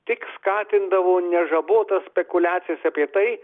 tik skatindavo nežabotas spekuliacijas apie tai